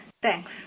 Thanks